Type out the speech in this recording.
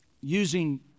using